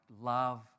love